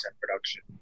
production